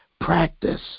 practice